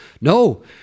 no